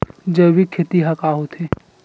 जैविक खेती ह का होथे?